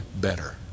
better